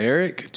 Eric